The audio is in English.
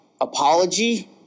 apology